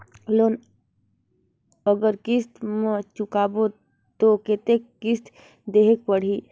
Loan अगर किस्त म चुकाबो तो कतेक किस्त देहेक पढ़ही?